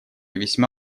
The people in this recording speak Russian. весьма